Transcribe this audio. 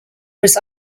was